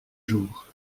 jour